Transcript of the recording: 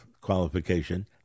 qualification